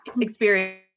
experience